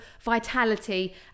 vitality